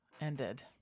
ended